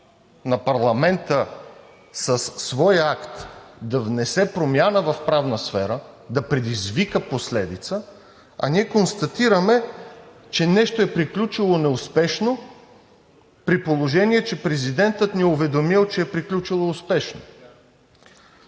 на парламента със своя акт да внесе промяна в правната сфера, да предизвика последица, а ние констатираме, че нещо е приключило неуспешно, при положение че президентът ни е уведомил, че е приключила успешно.